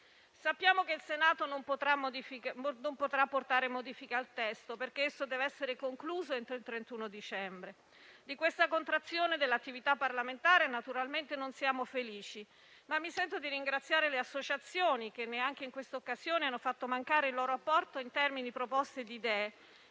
Sappiamo che il Senato non potrà apportare modifiche al testo, perché esso deve essere concluso entro il 31 dicembre. Di questa contrazione dell'attività parlamentare naturalmente non siamo felici, ma mi sento di ringraziare le associazioni che, anche in questa occasione, non hanno fatto mancare il loro apporto in termini di proposte e di idee,